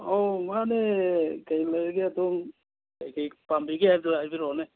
ꯑꯧ ꯃꯥꯅꯦ ꯀꯔꯤ ꯂꯩꯔꯒꯦ ꯑꯗꯣꯝ ꯀꯔꯤ ꯀꯔꯤ ꯄꯥꯝꯕꯤꯒꯦ ꯍꯥꯏꯕꯗꯨ ꯍꯥꯏꯕꯤꯔꯛꯑꯣꯅꯦ